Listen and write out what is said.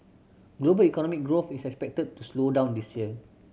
global economic growth is expected to slow down this year